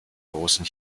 großen